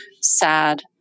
sad